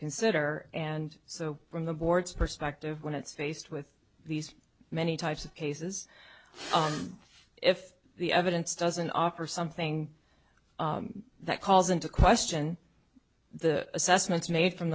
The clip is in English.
consider and so from the board's perspective when it's faced with these many types of cases if the evidence doesn't offer something that calls into question the assessments made from